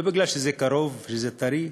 לא כי זה קרוב וזה טרי,